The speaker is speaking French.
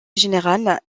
générale